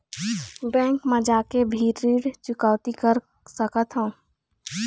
Bank मा जाके भी ऋण चुकौती कर सकथों?